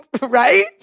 right